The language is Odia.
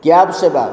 କ୍ୟାବ ସେବା